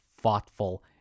thoughtful